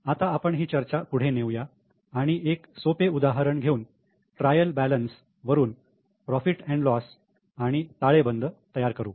आता आपण ही चर्चा पुढे नेऊ या आणि एक सोपे उदाहरण घेऊन ट्रायल बॅलन्स वरून प्रॉफिट अँड लॉस आणि ताळेबंद तयार करू